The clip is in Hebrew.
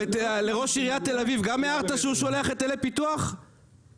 לראש עיריית תל אביב גם הערת שהוא שולח היטלי פיתוח למפעלים?